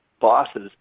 bosses